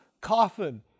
coffin